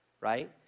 Right